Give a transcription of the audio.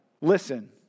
listen